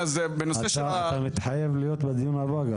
אתה מתחייב להיות גם בדיון הבא?